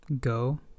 Go